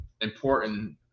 important